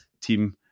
team